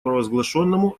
провозглашенному